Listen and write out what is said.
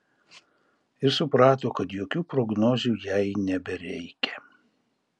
ir suprato kad jokių prognozių jai nebereikia